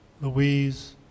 Louise